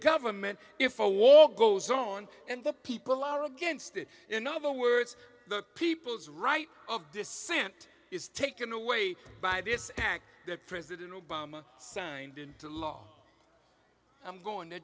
government if a war goes on and the people are against it in other words the people's right of dissent is taken away by this act that president obama signed into law i'm going to